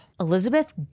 Elizabeth